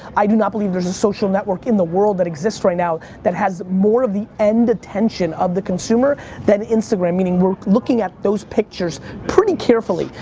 i do not believe there's a social network in the world that exists right now that has more the end attention of the consumer than instagram. meaning we're looking at those pictures pretty carefully.